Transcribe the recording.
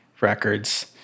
Records